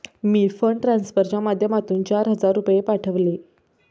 मी fund ट्रान्सफरच्या माध्यमातून चार हजार रुपये पाठवले